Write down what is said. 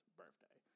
birthday